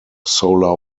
solar